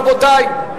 רבותי?